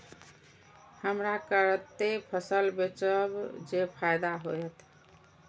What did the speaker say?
हमरा कते फसल बेचब जे फायदा होयत?